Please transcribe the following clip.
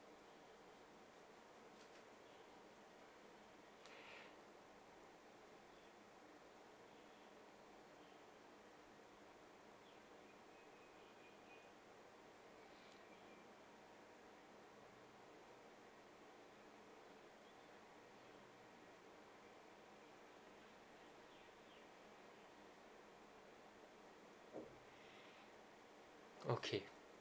okay